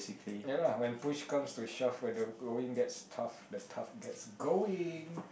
ya lah when push comes to shove when the going gets tough when the tough gets going